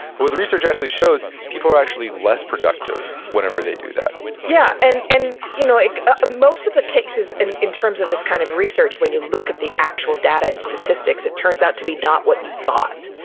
but well the research actually shows people are actually less productive whenever they do that yeah, and and you know like ah most of the cases in in terms of this kind of research, when you look at the actual data and statistics, it turns out to be not what you thought.